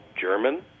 German